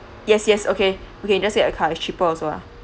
yes yes okay okay just get a car it's cheaper also lah